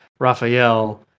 Raphael